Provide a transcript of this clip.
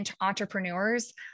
entrepreneurs